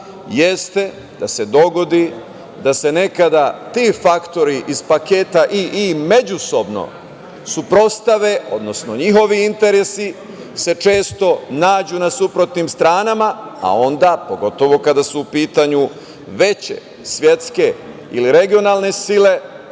jeste da se dogodi da se nekada ti faktori iz paketa „II“ međusobno suprotstave, odnosno njihovi interesi se često nađu na suprotnim stranama, a onda pogotovo kada su u pitanju veće svetske ili regionalne sile,